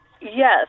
yes